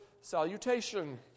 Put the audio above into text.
salutation